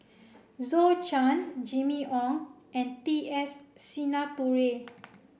Zhou Can Jimmy Ong and T S Sinnathuray